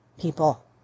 People